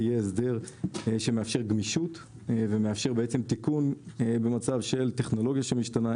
יהיה הסדר שמאפשר גמישות ותיקון במצב של טכנולוגיה שמשתנה.